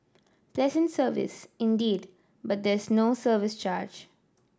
pleasant service indeed but there is no service charge